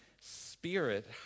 spirit